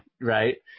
Right